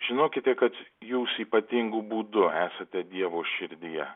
žinokite kad jūs ypatingu būdu esate dievo širdyje